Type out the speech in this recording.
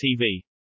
TV